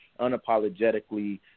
unapologetically